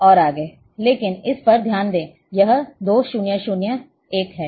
लेकिन इस पर ध्यान दें यह 2 0 0 1 है